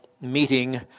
meeting